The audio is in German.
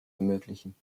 ermöglichen